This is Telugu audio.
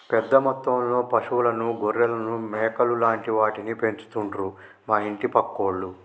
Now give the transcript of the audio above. పెద్ద మొత్తంలో పశువులను గొర్రెలను మేకలు లాంటి వాటిని పెంచుతండు మా ఇంటి పక్కోళ్లు